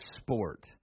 sport